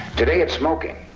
today it's smoking,